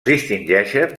distingeixen